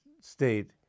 state